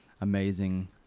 amazing